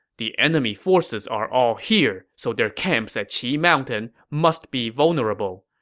the enemy forces are all here, so their camps at qi mountain must be vulnerable.